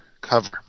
Cover